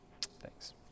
Thanks